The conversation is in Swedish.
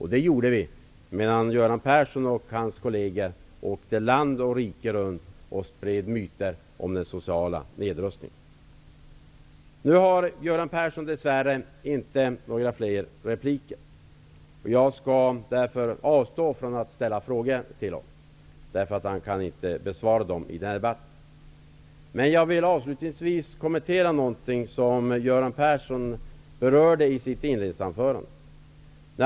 Det gjorde vi medan Göran Persson och hans kolleger åkte land och rike runt och spred myter om social nedrustning. Nu har Göran Persson dess värre inte några fler repliker. Jag skall därför avstå från att ställa frågor till honom. Han kan inte besvara dem i denna debatt. Avslutningsvis vill jag kommentera något som Göran Persson berörde i sitt inledningsanförande.